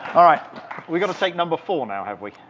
all right. we've got to take number four, now, have we?